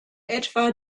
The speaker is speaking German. etwa